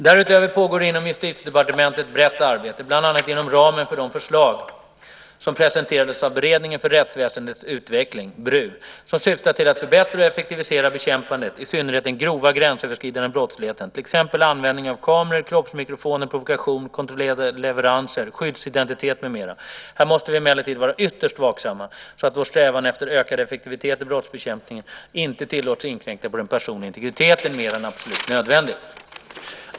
Därutöver pågår inom Justitiedepartementet ett brett arbete, bland annat inom ramen för de förslag som presenterats av Beredningen för rättsväsendets utveckling , som syftar till att förbättra och effektivisera bekämpandet av i synnerhet den grova, gränsöverskridande brottsligheten, till exempel användning av kameror, kroppsmikrofoner, provokation, kontrollerade leveranser, skyddsidentitet med mera. Här måste vi emellertid vara ytterst vaksamma så att vår strävan efter ökad effektivitet i brottsbekämpningen inte tillåts inkräkta på den personliga integriteten mer än absolut nödvändigt.